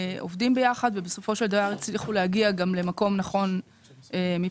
עובדים ביחד ובסופו של דבר הצליחו להגיע גם למקום נכון מבחינתנו.